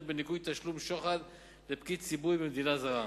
בניכוי תשלום שוחד לפקיד ציבור במדינה זרה.